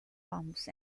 bombs